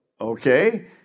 okay